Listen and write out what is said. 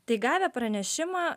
tai gavę pranešimą